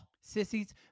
Sissies